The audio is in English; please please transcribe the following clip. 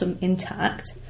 intact